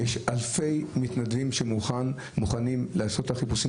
יש אלפי מתנדבים שמוכנים לעשות את החיפוש,